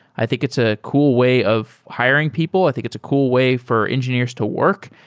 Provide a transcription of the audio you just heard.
i think it's a cool way of hiring people. i think it's a cool way for engineers to work,